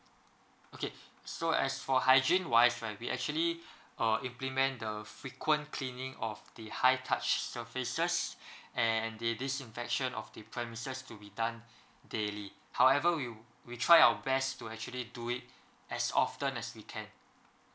okay so as for hygiene wise right we actually uh implement the frequent cleaning of the high touch surfaces and they did infection of the premises to be done daily however we we try our best to actually do it as often as we can